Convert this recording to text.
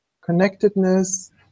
connectedness